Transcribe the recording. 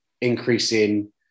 increasing